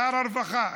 שר הרווחה,